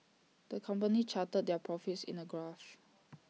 the company charted their profits in A graph